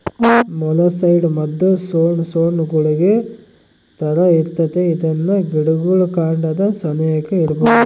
molluscicide ಮದ್ದು ಸೊಣ್ ಸೊಣ್ ಗುಳಿಗೆ ತರ ಇರ್ತತೆ ಇದ್ನ ಗಿಡುಗುಳ್ ಕಾಂಡದ ಸೆನೇಕ ಇಡ್ಬಕು